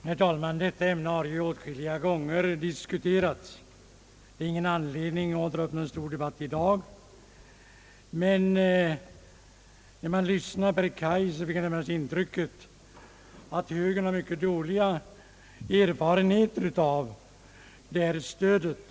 Herr talman! Detta ämne har diskuterats åtskilliga gånger, och det finns ingen anledning att dra upp en stor debatt i dag. När jag lyssnade till herr Kaijser, fick jag intrycket att högern har mycket dåliga erfarenheter av det här stödet.